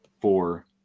four